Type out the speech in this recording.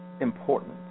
important